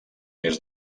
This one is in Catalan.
més